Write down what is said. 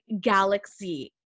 galaxy